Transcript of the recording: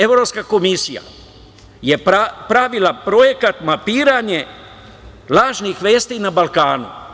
Evropska komisija je pravila projekat, mapiranje lažnih vesti na Balkanu.